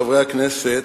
חברי הכנסת,